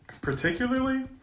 particularly